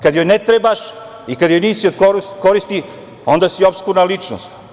Kad joj ne trebaš i kad joj nisi od koristi, onda si opskurna ličnost.